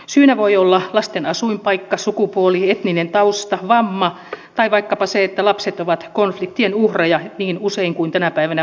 syynä voi olla lasten asuinpaikka sukupuoli etninen tausta vamma tai vaikkapa se että lapset ovat konfliktien uhreja niin kuin tänä päivänä usein valitettavasti ovat